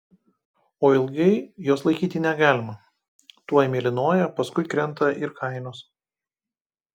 o ilgai jos laikyti negalima tuoj mėlynuoja paskui krenta ir kainos